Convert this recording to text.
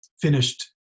finished